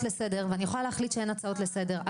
לסדר ואני יכולה להחליט שאין הצעות לסדר.